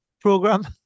program